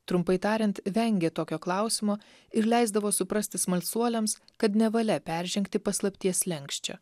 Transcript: trumpai tariant vengė tokio klausimo ir leisdavo suprasti smalsuoliams kad nevalia peržengti paslapties slenksčio